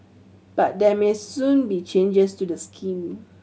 but there may soon be changes to the scheme